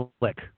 click